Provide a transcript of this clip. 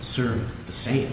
serve the same